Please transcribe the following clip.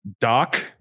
Doc